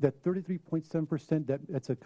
that thirty three seven percent that it's a